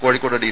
Kozhikode D